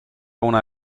una